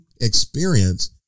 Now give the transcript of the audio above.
experience